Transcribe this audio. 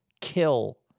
Kill